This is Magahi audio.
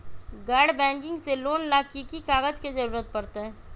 गैर बैंकिंग से लोन ला की की कागज के जरूरत पड़तै?